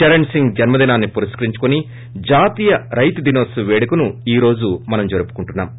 చరణ్ సింగ్ జన్మదినాన్ని పురస్కరించుకొని జాతీయ రైతు దినోత్సవ పేడుకను ఈ రోజు జరుపుకుంటున్నాము